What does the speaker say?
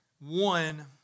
one